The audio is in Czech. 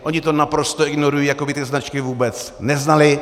Oni to naprosto ignorují, jako by ty značky vůbec neznali.